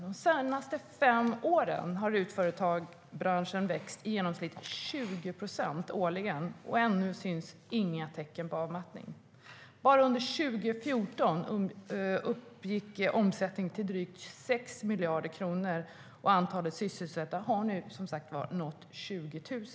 De senaste fem åren har RUT-företagsbranschen växt i genomsnitt 20 procent årligen, och ännu syns inga tecken på avmattning. Bara under 2014 uppgick omsättningen till drygt 6 miljarder kronor, och antalet sysselsatta har nu som sagt nått 20 000.